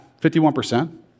51%